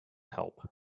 help